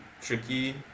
tricky